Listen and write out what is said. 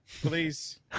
please